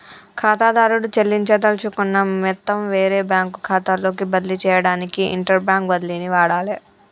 ఖాతాదారుడు చెల్లించదలుచుకున్న మొత్తం వేరే బ్యాంకు ఖాతాలోకి బదిలీ చేయడానికి ఇంటర్బ్యాంక్ బదిలీని వాడాలే